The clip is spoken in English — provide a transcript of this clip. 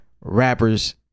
rappers